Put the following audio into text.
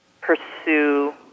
pursue